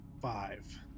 five